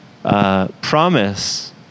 promise